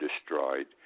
destroyed